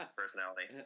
personality